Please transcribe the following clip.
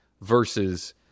versus